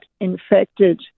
infected